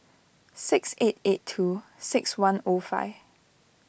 six eight eight two six one O five